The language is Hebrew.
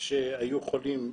שהיו חולים,